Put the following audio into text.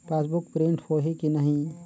Passbook print होही कि नहीं?